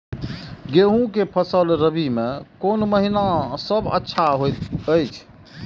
गेहूँ के फसल रबि मे कोन महिना सब अच्छा होयत अछि?